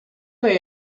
they